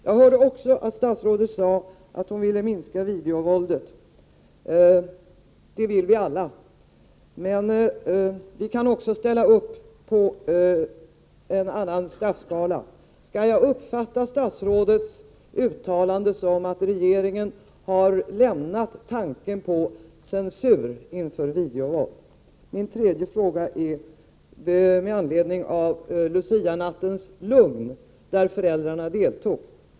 Jag hörde också att statsrådet sade att hon vill minska videovåldet. Det vill vi alla. Men vi vill även ställa oss bakom en annan straffskala. Skall jag uppfatta statsrådets uttalande som att regeringen har lämnat tanken på censur av videovåld? Min tredje fråga skall jag ställa med anledning av Lucianattens lugn, en natt då föräldrarna deltog.